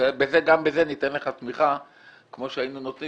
וגם בזה ניתן לך תמיכה כמו שהיינו נותנים